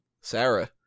Sarah